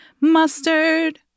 mustard